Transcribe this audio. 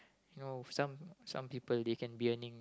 no some some people they can be earning